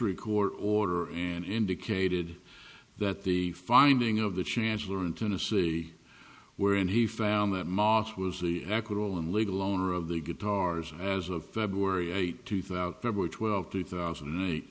record order and indicated that the finding of the chancellor in tennessee where and he found that mosques was the equitable and legal owner of the guitars as of february eighth two thousand twelfth two thousand and eight